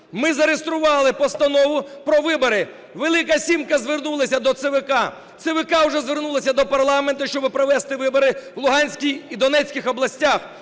Ми зареєстрували постанову про вибори. "Велика сімка" звернулася до ЦВК. ЦВК вже звернулося до парламенту, щоб провести вибори у Луганській і Донецькій областях.